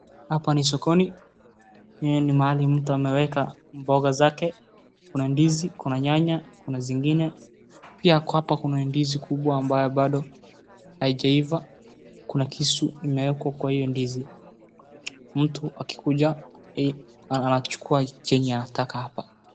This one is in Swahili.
Hapa ni sokoni, hii ni mahali mtu ameweka mboga zake, kuna ndizi, kuna nyanya, kuna zingine, pia ako hapa kuna ndizi kubwa ambayo bado haijaiva. Kuna kisu imewekwa kwa hiyo ndizi, mtu akikuja anachukua kenye anataka hapa.